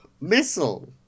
missile